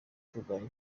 kurwanya